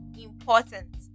important